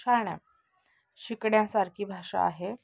छान आहे शिकण्यासारखी भाषा आहे